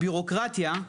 הבירוקרטיה,